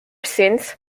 since